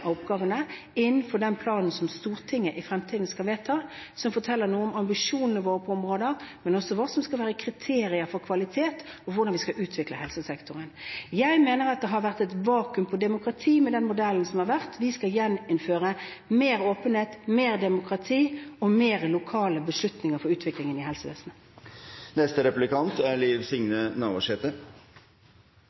oppgavene – etter den planen som Stortinget i fremtiden skal vedta, som vil fortelle om ambisjonene våre på området, og som skal gi kriterier for kvalitet og for hvordan vi skal utvikle helsesektoren. Jeg mener at det har vært et vakuum i demokratiet med den modellen som har vært. Vi skal gjeninnføre mer åpenhet, mer demokrati og flere lokale beslutninger for utviklingen i helsevesenet.